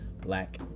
Black